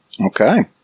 Okay